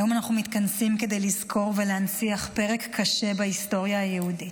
היום אנחנו מתכנסים כדי לזכור ולהנציח פרק קשה בהיסטוריה היהודית,